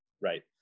Right